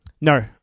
No